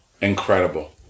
Incredible